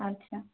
ଆଚ୍ଛା